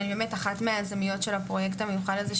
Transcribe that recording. ואני באמת אחת מהיזמיות של הפרויקט המיוחד הזה,